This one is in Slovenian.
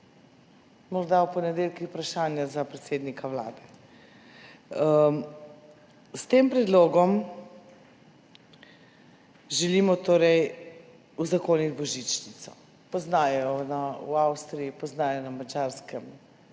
morda ob ponedeljkih vprašanja za predsednika Vlade. S tem predlogom želimo torej uzakoniti božičnico, poznajo jo v Avstriji, poznajo jo na Madžarskem,